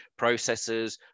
processors